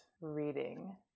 reading